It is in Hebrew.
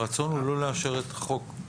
הרצון הוא לא לאשר את החוק.